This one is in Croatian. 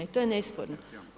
I to je nesporno.